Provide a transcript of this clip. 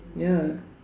ya